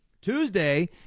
Tuesday